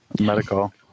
Medical